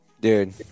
dude